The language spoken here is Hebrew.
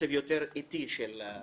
קצב ההקראה יהיה איטי יותר.